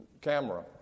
camera